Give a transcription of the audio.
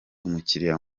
umukiliya